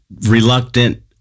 reluctant